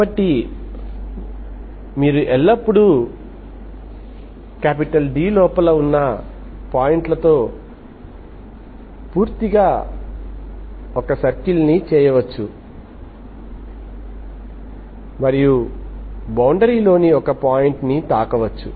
కాబట్టి మీరు ఎల్లప్పుడూ D లోపల ఉన్న పాయింట్లతో పూర్తిగా ఒక సర్కిల్ని చేయవచ్చు మరియు బౌండరీ లోని ఒక పాయింట్ని తాకవచ్చు